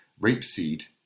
rapeseed